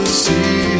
see